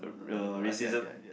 no no no no